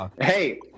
Hey